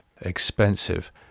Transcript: expensive